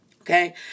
Okay